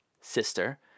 sister